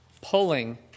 pulling